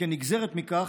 וכנגזרת מכך,